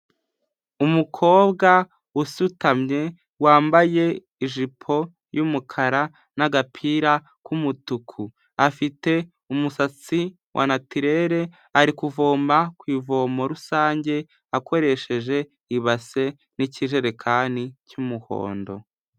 Umukobwa usutamye wambaye ijipo y'umukara n'agapira k'umutuku, afite umusatsi wa naturere ari kuvoma ku ivomo rusange akoresheje ibase n'ikijerekani cy'umuhondo.